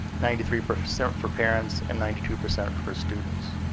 ninety three percent for parents, and ninety two percent for students.